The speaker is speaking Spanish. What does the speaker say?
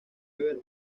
ever